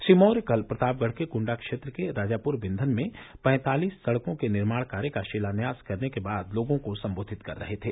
श्री मौर्य कल प्रतापगढ़ के कुण्डा क्षेत्र के राजापुर बिव्वन में पैंतालीस सड़कों के निर्माण कार्य का शिलान्यास करने के बाद लोगों को संबोधित कर रहे थे